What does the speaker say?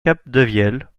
capdevielle